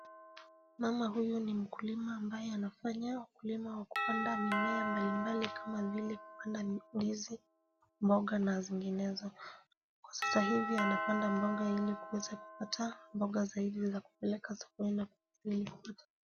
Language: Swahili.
Mama huyu ni mkulima ambaye anafanya ukulima wa kupanda mimea mbalimbali kama vile kupanda ndizi, mboga na zinginezo. Kwa sasa hivi anapanda mboga ili kuweza kupata mboga zaidi za kupeleka sokoni na kukuliwa.